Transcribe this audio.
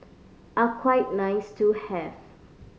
are quite nice to have